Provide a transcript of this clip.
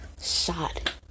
shot